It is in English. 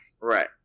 Right